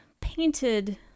painted